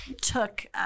took